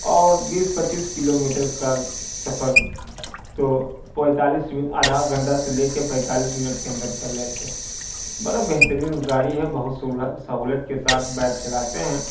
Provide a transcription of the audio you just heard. اور بیس پچیس کلو میٹر کا سفر تو تو پینتالیس آدھا گھنٹہ سے لے کے پینتالیس منٹ کے اندر کر لیتے ہیں بڑا بہترین گاڑی ہے بہت سہولت کے ساتھ بائک چلاتے ہیں